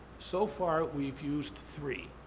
so far, we've used three.